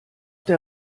der